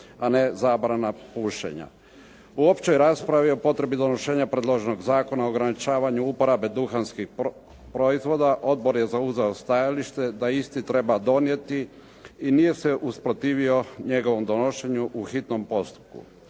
a ne zabrana pušenja. U općoj raspravi o potrebi donošenja predloženog zakona, ograničavanju uporabe duhanskih proizvoda odbor je zauzeo stajalište da isti treba donijeti i nije se usprotivio njegovom donošenju u hitnom postupku.